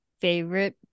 favorite